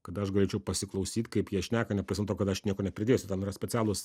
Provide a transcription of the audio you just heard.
kad aš galėčiau pasiklausyt kaip jie šneka nepaisant to kad aš nieko nepridėsiu tam yra specialūs